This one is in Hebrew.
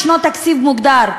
יש תקציב מוגדר,